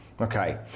okay